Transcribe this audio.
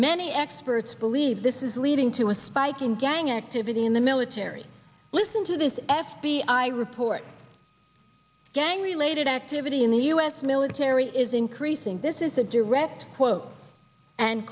many experts believe this is leading to a spike in gang activity in the military listen to this f b i report gang related activity in the u s military is increasing this is a direct quote and